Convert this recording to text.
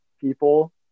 people